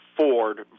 Ford